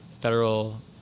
Federal